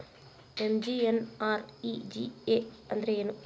MGNREGA ಅಂದ್ರೆ ಏನು?